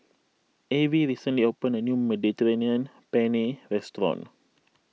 Avie recently opened a new Mediterranean Penne restaurant